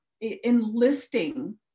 enlisting